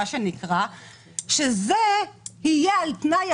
שזה יהיה על תנאי,